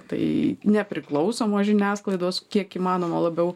tai nepriklausomos žiniasklaidos kiek įmanoma labiau